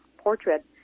portrait